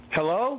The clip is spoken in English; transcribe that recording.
Hello